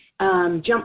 Jump